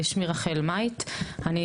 שמי רחל מייט, אני